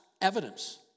evidence